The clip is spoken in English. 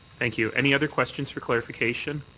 thank you. any other questions for clarification?